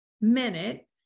minute